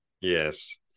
Yes